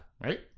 Right